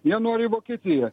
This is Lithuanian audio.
jie nori į vokietiją